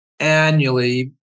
annually